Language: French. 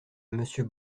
monsieur